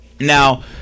Now